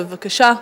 בבקשה.